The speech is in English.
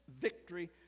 victory